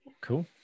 cool